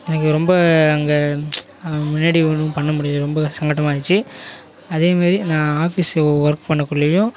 எனக்கு ரொம்ப அங்கே அவங்க முன்னாடி ஒன்றும் பண்ண முடியலை ரொம்ப சங்கடமாக ஆகிருச்சி அதே மாதிரி நான் ஆஃபீஸில் ஒர்க் பண்ணக்குள்ளேயும்